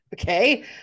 Okay